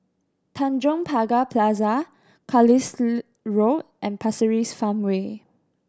Tanjong Pagar Plaza Carlisle Road and Pasir Ris Farmway